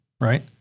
right